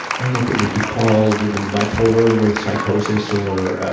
i don't know if it would be called bipolar with psychosis or, ah,